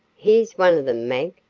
here's one of them, mag,